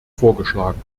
vorgeschlagen